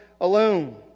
alone